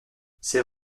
c’est